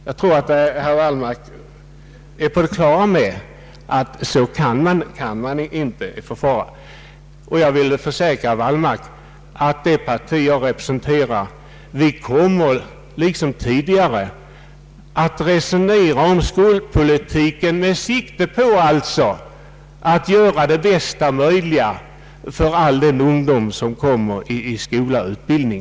Jag tror att herr Wallmark är på det klara med att man inte kan förfara så. Jag vill försäkra herr Wallmark att det parti jag representerar kommer att liksom tidigare resonera om skolpolitiken med sikte på att göra det bästa möjliga för all ungdom i skola och utbildning.